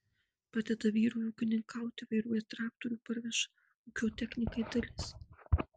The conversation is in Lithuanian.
padeda vyrui ūkininkauti vairuoja traktorių parveža ūkio technikai dalis